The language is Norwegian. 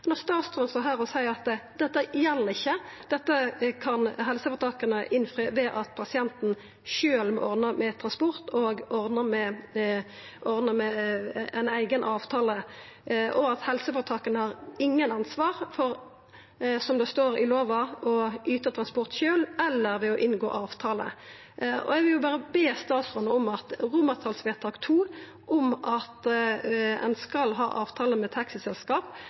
at dette kan helseføretaka innfri ved at pasienten sjølv ordnar med transport og ordnar med ein eigen avtale, og at helseføretaka ikkje har noko ansvar for, som det står i lova, å yta transport sjølv eller ved å inngå avtale. Eg lurer på om statsråden har tenkt å følgja opp vedtak II, om at ein skal ha avtale med taxiselskap.